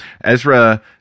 Ezra –